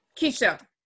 Keisha